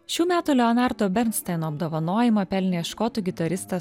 šių metų leonardo bernstaino apdovanojimą pelnė škotų gitaristas